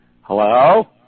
Hello